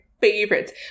favorites